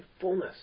Fullness